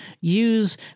use